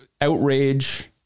outrage